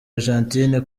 argentina